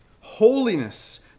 Holiness